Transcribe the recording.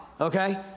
okay